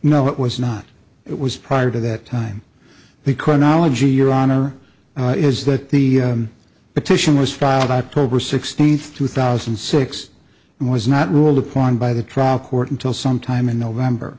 no it was not it was prior to that time he couldn't ology your honor is that the petition was filed october sixteenth two thousand and six and was not ruled upon by the trial court until sometime in november